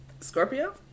Scorpio